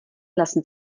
lassen